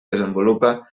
desenvolupa